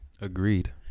Agreed